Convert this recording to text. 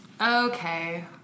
Okay